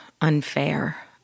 unfair